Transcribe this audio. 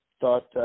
thought